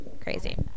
Crazy